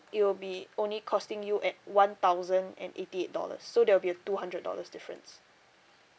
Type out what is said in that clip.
it will be only costing you at one thousand and eighty eight dollars so there'll be a two hundred dollars difference